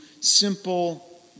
simple